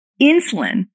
insulin